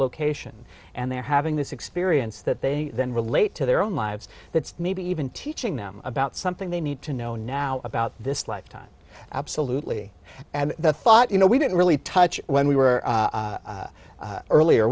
location and they're having this experience that they can relate to their own lives that maybe even teaching them about something they need to know now about this lifetime absolutely and the thought you know we didn't really touch when we were